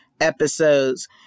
episodes